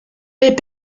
les